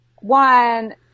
one